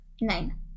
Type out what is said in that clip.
Nine